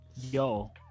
Yo